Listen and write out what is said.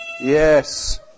Yes